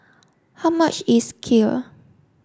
how much is Kheer